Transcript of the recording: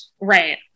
right